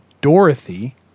Dorothy